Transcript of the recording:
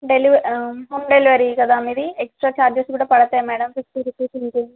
డెలివ home delivery కదా మీది extra charges కూడా పడతాయ మేడం ఫిఫ్టీ రూపీస్ ఉంది